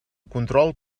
control